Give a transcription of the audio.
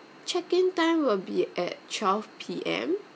check in time will be at twelve P_M